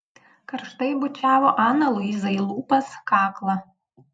karštai bučiavo aną luizą į lūpas kaklą